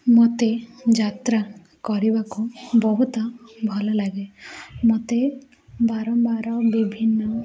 ମୋତେ ଯାତ୍ରା କରିବାକୁ ବହୁତ ଭଲଲାଗେ ମୋତେ ବାରମ୍ବାର ବିଭିନ୍ନ